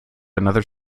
another